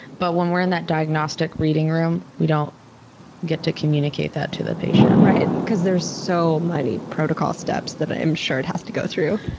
but when we're in that diagnostic reading room we don't get to communicate that to the patient. right. and cause there's sooo so many protocols steps that i'm sure it has to go through.